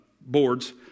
boards